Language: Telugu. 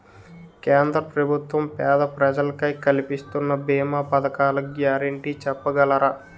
కేంద్ర ప్రభుత్వం పేద ప్రజలకై కలిపిస్తున్న భీమా పథకాల గ్యారంటీ చెప్పగలరా?